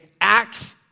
Acts